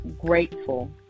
grateful